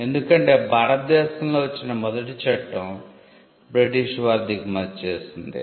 ఎందుకంటే భారతదేశంలో వచ్చిన మొదటి చట్టం బ్రిటిష్ వారు దిగుమతి చేసిందే